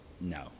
No